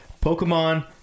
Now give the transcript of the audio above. Pokemon